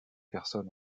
personnes